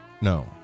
No